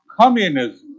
communism